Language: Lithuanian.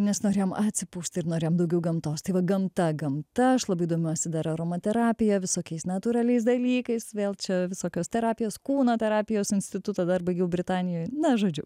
nes norėjom atsipūsti ir norėjom daugiau gamtos tai va gamta gamta aš labai domiuosi dar aromaterapija visokiais natūraliais dalykais vėl čia visokios terapijos kūno terapijos institutą dar baigiau britanijoj na žodžiu